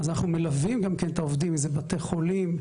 אנו מלווים את העובדים בתי חולים,